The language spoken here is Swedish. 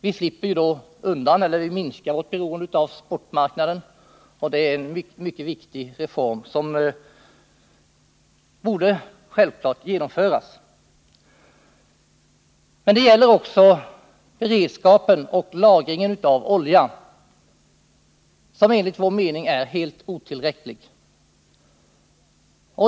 Vi slipper ju då undan eller minskar vårt beroende av spotmarknaden, och det är en mycket viktig reform som självfallet borde genomföras. Men det gäller också oljeberedskapen och oljelagringen, som enligt min mening är helt otillräckliga.